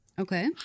Okay